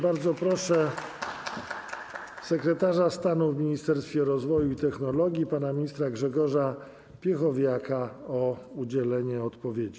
Bardzo proszę sekretarza stanu w Ministerstwie Rozwoju, Pracy i Technologii pana ministra Grzegorza Piechowiaka o udzielenie odpowiedzi.